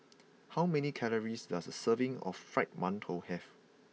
how many calories does a serving of Fried Mantou have